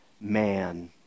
man